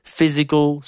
Physical